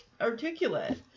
articulate